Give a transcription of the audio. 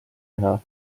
teha